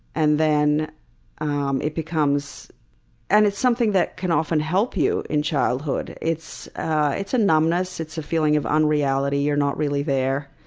and then um it becomes and it's something that can often help you in childhood. it's it's a numbness. it's a feeling of unreality, you're not really there.